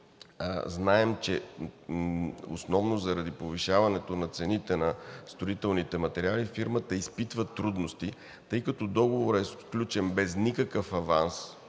знаем, че основно заради повишаването на цените на строителните материали фирмата изпитва трудности, тъй като договорът е сключен без никакъв аванс